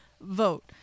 vote